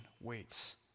waits